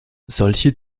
solche